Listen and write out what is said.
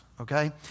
okay